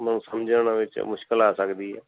ਉਹਨੂੰ ਸਮਝਣ ਵਿਚ ਮੁਸ਼ਕਿਲ ਆ ਸਕਦੀ ਹੈ